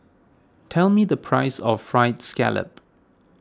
tell me the price of Fried Scallop